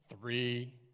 three